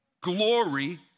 glory